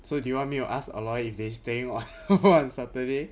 so do you want me to ask aloy if they staying on saturday